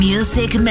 Music